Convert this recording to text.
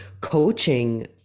coaching